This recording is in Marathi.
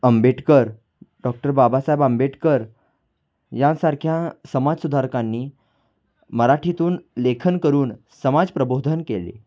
आंबेडकर डॉक्टर बाबासाहेब आंबेडकर यांसारख्या समाजसुधारकांनी मराठीतून लेखन करून समाजप्रबोधन केले